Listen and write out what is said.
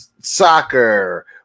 soccer